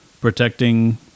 protecting